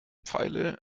pfeile